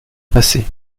passé